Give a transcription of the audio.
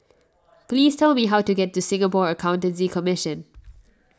please tell me how to get to Singapore Accountancy Commission